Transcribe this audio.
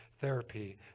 therapy